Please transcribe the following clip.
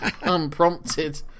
unprompted